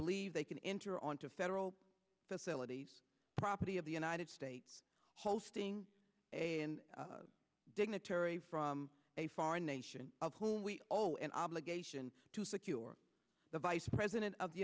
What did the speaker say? believe they can enter on to federal facilities property of the united states hosting a dignitary from a foreign nation of whom we owe an obligation to secure the vice president of the